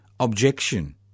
Objection